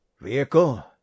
Vehicle